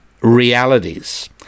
realities